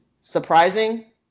surprising